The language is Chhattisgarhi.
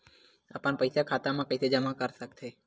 अपन पईसा खाता मा कइसे जमा कर थे?